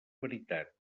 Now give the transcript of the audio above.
veritat